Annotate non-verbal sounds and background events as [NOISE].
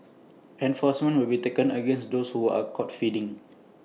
[NOISE] enforcement will be taken against those who are caught feeding